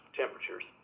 temperatures